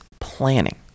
planning